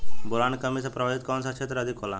Boron के कमी से प्रभावित कौन सा क्षेत्र अधिक होला?